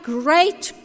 great